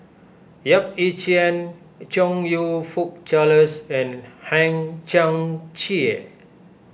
Yap Ee Chian Chong You Fook Charles and Hang Chang Chieh